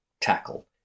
tackle